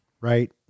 right